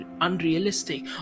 unrealistic